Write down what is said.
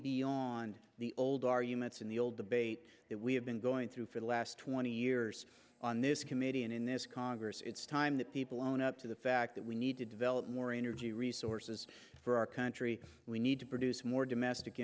beyond the old arguments in the old debate that we have been going through for the last twenty years on this committee and in this congress it's time that people own up to the fact that we need to develop more energy resources for our country we need to produce more domestic